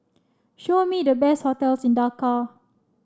show me the best hotels in Dhaka